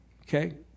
Okay